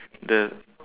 the